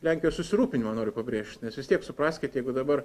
lenkijos susirūpinimą noriu pabrėžt nes vis tiek supraskit jeigu dabar